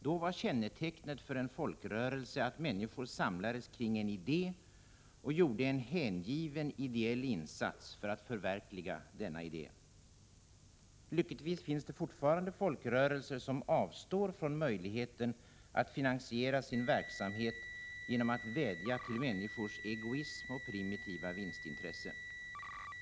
Då var kännetecknet för en folkrörelse att människor samlades kring en idé och gjorde en hängiven ideell insats för att förverkliga denna idé. Lyckligtvis finns det fortfarande folkrörelser som avstår från möjligheten att finansiera sin verksamhet genom att vädja till människors egoism och primitiva vinstintresse.